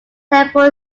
temple